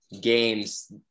games